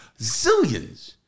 zillions